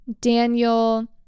Daniel